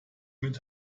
mit